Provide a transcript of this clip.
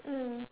mm